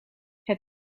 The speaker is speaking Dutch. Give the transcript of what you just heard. het